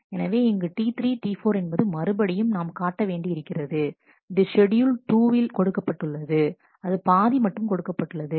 எனவே இங்கு T3 T4 என்பது மறுபடியும் நாம் காட்ட வேண்டி இருக்கிறது இது ஷெட்யூல் 2 வில் கொடுக்கப்பட்டுள்ளது அது பாதி மட்டும் கொடுக்கப்பட்டுள்ளது